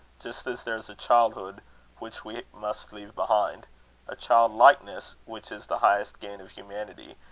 just as there is a childhood which we must leave behind a childlikeness which is the highest gain of humanity,